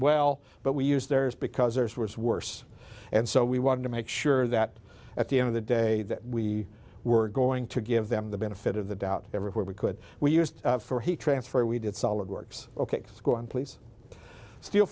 well but we use theirs because theirs was worse and so we wanted to make sure that at the end of the day that we were going to give them the benefit of the doubt everywhere we could we used for heat transfer we did solid works ok go on please steel